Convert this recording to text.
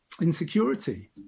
Insecurity